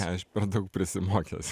aš per daug prisimokęs